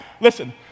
Listen